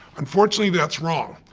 unfortunately that's wrong.